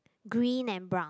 green and brown